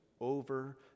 over